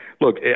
look